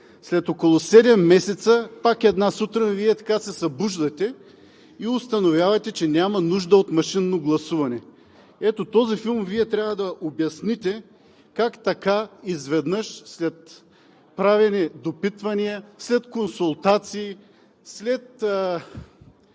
след около седем месеца Вие се събуждате и установявате, че няма нужда от машинно гласуване. Ето този филм Вие трябва да обясните: как така изведнъж – след правени допитвания, след консултации, след